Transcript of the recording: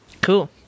Cool